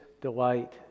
delight